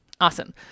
Awesome